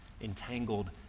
entangled